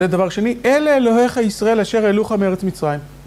ודבר שני, אלה אלוהיך ישראל אשר העלוך מארץ מצרים.